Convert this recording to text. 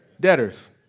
Debtors